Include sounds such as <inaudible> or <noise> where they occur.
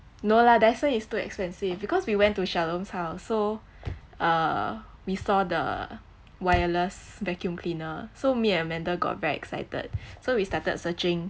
no lah dyson is too expensive because we went to shalom's house so uh we saw the wireless vacuum cleaner so me and amanda got very excited <breath> so we started searching